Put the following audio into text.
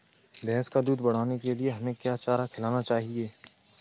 भैंस का दूध बढ़ाने के लिए हमें क्या चारा खिलाना चाहिए?